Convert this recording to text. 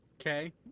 Okay